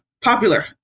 popular